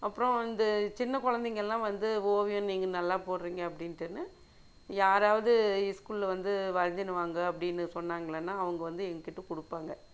அப்றம் இந்த சின்ன குழந்தைங்கள்லாம் வந்து ஓவியம் நீங்கள் நல்லா போடுறீங்க அப்படின்ட்டுனு யாராவது ஸ்கூல்ல வந்து வரைஞ்சினு வாங்கள் அப்படின்னு சொன்னாங்கனா அவங்க வந்து என்கிட்டே கொடுப்பாங்க